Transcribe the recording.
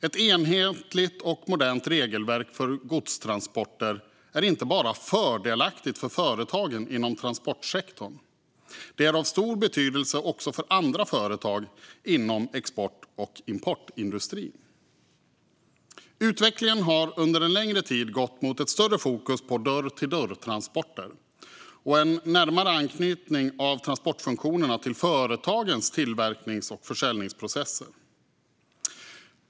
Ett enhetligt och modernt regelverk för godstransporter är inte bara fördelaktigt för företagen inom transportsektorn, utan det är också av stor betydelse för andra företag inom export och importindustrin. Utvecklingen har under en längre tid gått mot ett större fokus på dörr-till-dörr-transporter och en närmare anknytning av transportfunktionerna till företagens tillverknings och försäljningsprocesser.